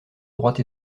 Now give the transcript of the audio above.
droite